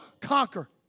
conquer